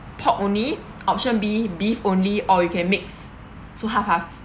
pork only option B beef only or you can mix so half half